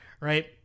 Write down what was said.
right